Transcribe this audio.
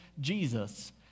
Jesus